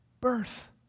birth